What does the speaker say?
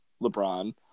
LeBron